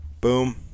boom